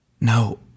No